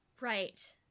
Right